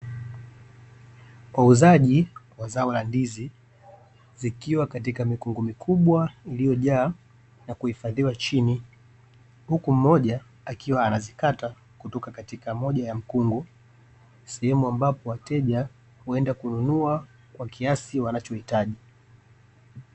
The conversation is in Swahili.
Wauzaji wa zao la ndizi zikiwa katika mikungu mikubwa iliyojaa na kuhifadhiwa chini, huku mmoja akiwa anazikata kutoka katika moja ya mkungu, sehemu ambapo wateja huenda kununua kwa kiasi wanachohitaji.